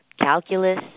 calculus